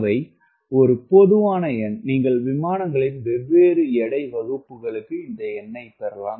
அவை ஒரு பொதுவான எண் நீங்கள் விமானங்களின் வெவ்வேறு எடை வகுப்புகளுக்கு இந்த எண்ணைப் பெறலாம்